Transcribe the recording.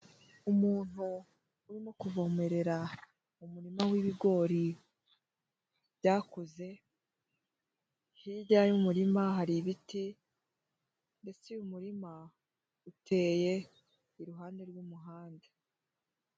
Umuntu urimo kuvomerera mu umurima w'ibigori byakuze. Hirya y'umurima hari ibiti, ndetse umurima uteye iruhande rw'umuhanda.